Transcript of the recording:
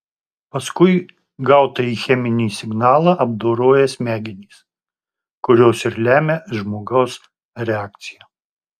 paskui gautąjį cheminį signalą apdoroja smegenys kurios ir lemia žmogaus reakciją